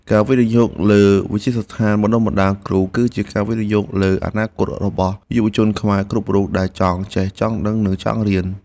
ការវិនិយោគលើវិទ្យាស្ថានបណ្តុះបណ្តាលគ្រូគឺជាការវិនិយោគលើអនាគតរបស់យុវជនខ្មែរគ្រប់រូបដែលចង់ចេះចង់ដឹងនិងចង់រៀន។